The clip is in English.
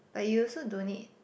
but you also don't need